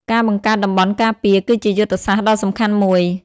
ការបង្កើតតំបន់ការពារ គឺជាយុទ្ធសាស្ត្រដ៏សំខាន់មួយ។